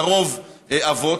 לרוב אבות,